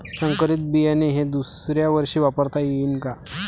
संकरीत बियाणे हे दुसऱ्यावर्षी वापरता येईन का?